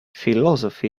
philosophy